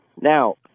Now